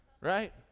right